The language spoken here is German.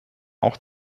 auch